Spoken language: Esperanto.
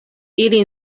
ili